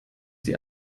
sie